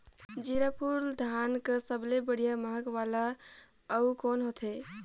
जीराफुल धान कस सबले बढ़िया महक वाला अउ कोन होथै?